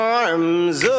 arms